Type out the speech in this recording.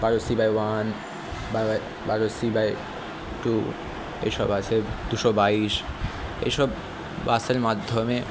বারোর C by one বা বা বারোর সি বাই টু এই সব আছে দুশো বাইশ এই সব বাসের মাধ্যমে